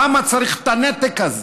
למה צריך את הנתק הזה?